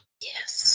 Yes